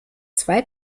zwei